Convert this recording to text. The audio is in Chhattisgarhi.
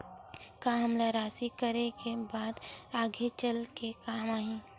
का हमला राशि करे के बाद आगे चल के काम आही?